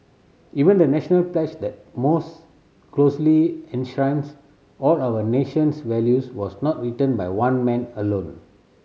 even the National pledge that most closely enshrines all our nation's values was not written by one man alone